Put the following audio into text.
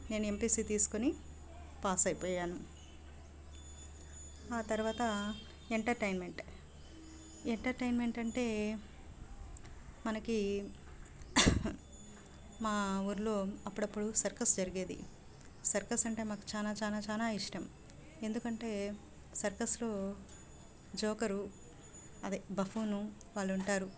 నేను ఎంపీసీ తీసుకొని పాస్ అయిపోయాను ఆ తర్వాత ఎంటర్టైన్మెంట్ ఎంటర్టైన్మెంట్ అంటే మనకి మా ఊరిలో అప్పుడప్పుడు సర్కస్ జరిగేది సర్కస్ అంటే మాకు చాలా చాలా చాలా ఇష్టం ఎందుకంటే సర్కస్లో జోకర్ అదే బఫూన్ వాళ్ళు ఉంటారు